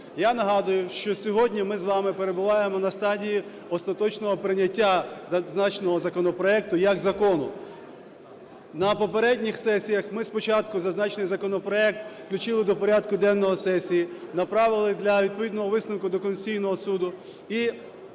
Я нагадую, що сьогодні ми з вами перебуваємо на стадії остаточного прийняття зазначеного законопроекту як закону. На попередніх сесіях ми спочатку зазначений законопроект включили до порядку денного сесії, направили для відповідного висновку до Конституційного Суду.